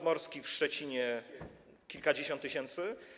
Morski w Szczecinie - kilkadziesiąt tysięcy.